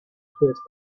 juez